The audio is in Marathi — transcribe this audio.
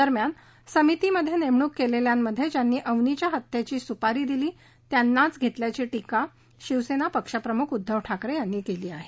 दरम्यान समितीमध्ये नेमणूक केलेल्यामध्ये ज्यांनी अवनीच्या शिकारीची सुपारी दिली त्यानांच घेतल्याची टीका शिवसेना पक्षप्रमुख उध्दव ठाकरे यांनी केली आहे